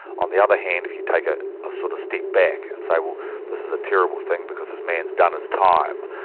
on the other hand, if you take a sort of step back and say, well this is a terrible thing, because this man's done his time,